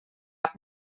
app